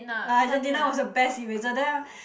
Argentina was the best eraser then ah